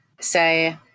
say